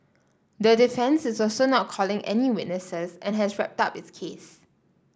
the defence is also not calling any witnesses and has wrapped up its case